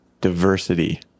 diversity